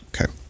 Okay